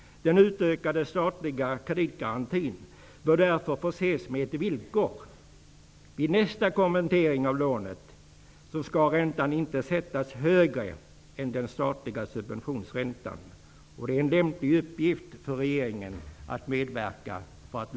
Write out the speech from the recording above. Den utökade statliga kreditgarantin bör därför förses med ett villkor -- vid nästa konvertering av lånet skall räntan inte sättas högre än den statliga subventionsräntan. Det är en lämplig uppgift för regeringen att lösa detta.